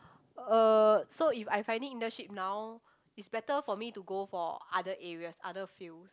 uh so if I finding internship now it's better for me to go for other areas other fields